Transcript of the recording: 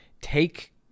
take